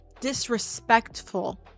disrespectful